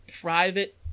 private